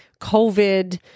COVID